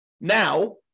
now